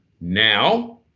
Now